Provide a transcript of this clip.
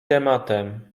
tematem